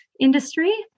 industry